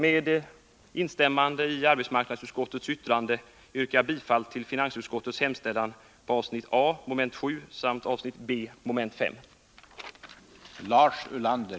Jag instämmer i arbetsmarknadsutskottets hemställan och yrkar även bifall till finansutskottets hemställan under punkt A mom. 7 samt under punkt B mom. 5.